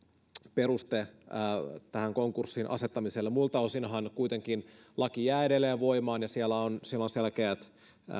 peruste konkurssiin asettamiselle muilta osinhan kuitenkin laki jää edelleen voimaan ja siellä on selkeät